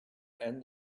and